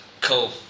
Cool